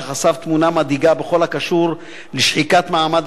שחשף תמונה מדאיגה בכל הקשור לשחיקת מעמד